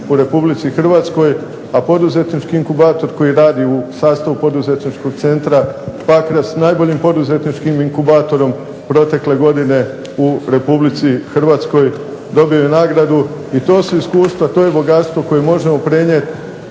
u RH, a poduzetnički inkubator koji radi u sastavu POduzetničkog centra Pakrac najboljim poduzetničkim inkubatorom protekle godine u RH dobio je nagradu. I to su iskustva, to je bogatstvo koje možemo prenijeti